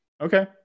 Okay